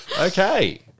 Okay